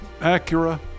Acura